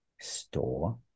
store